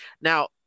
Now